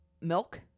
Milk